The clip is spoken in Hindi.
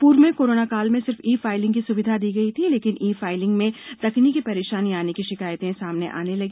पूर्व में कोराना काल में सिर्फ ई फाइलिंग की सुविधा दी गई थी लेकिन ई फाइलिंग में तकनीकी परेशानी आने की शिकायतें सामने आने लगी